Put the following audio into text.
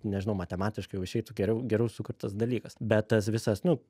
nežinau matematiškai jau išeitų geriau geriau sukurtas dalykas bet tas visas nu